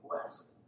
blessed